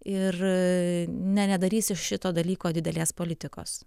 ir ne nedarys iš šito dalyko didelės politikos